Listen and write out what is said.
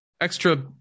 extra